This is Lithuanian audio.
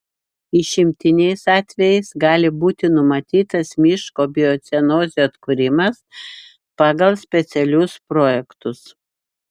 išimtiniais atvejais gali būti numatytas miško biocenozių atkūrimas pagal specialius projektus